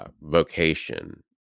vocation